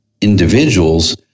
individuals